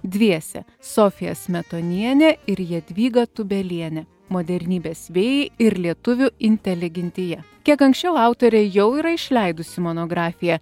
dviese sofija smetonienė ir jadvyga tūbelienė modernybės vėjai ir lietuvių inteligentija kiek anksčiau autorė jau yra išleidusi monografiją